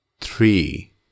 three